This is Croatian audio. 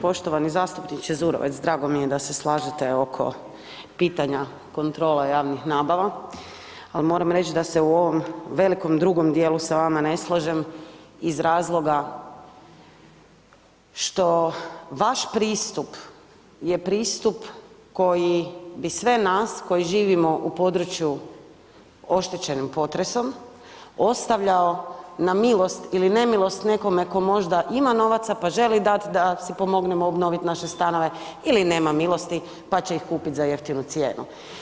Poštovani zastupniče Zurovec drago mi je da se slažete oko pitanja kontrole javnih nabava, ali moram reći da se u ovom velikom drugom dijelu sa vama ne slažem iz razloga što vaš pristup je pristup koji bi sve nas koji živimo u području oštećenim potresom ostavljao na milost i nemilost tko možda ima novaca pa želi dati da si pomognemo obnoviti naše stanove ili nema milosti pa će ih kupiti za jeftinu cijenu.